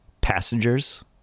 passengers